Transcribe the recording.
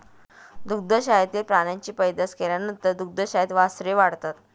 दुग्धशाळेतील प्राण्यांची पैदास केल्यानंतर दुग्धशाळेत वासरे वाढतात